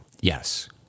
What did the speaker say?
yes